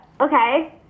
Okay